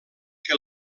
que